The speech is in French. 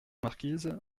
marquise